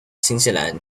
新西兰